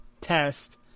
test